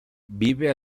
vive